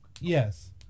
Yes